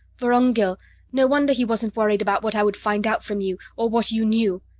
vorongil no wonder he wasn't worried about what i would find out from you or what you knew.